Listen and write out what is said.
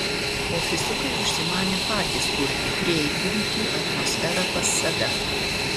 ofisiukai užsimanė patys kurti krieitivity atmosferą pas save